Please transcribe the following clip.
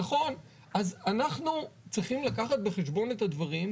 אנחנו צריכים לקחת בחשבון את הדברים,